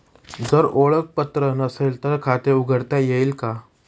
जर ओळखपत्र नसेल तर खाते उघडता येईल का?